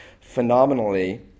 phenomenally